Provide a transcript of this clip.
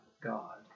God